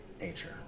nature